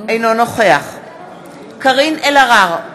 אינו נוכח קארין אלהרר,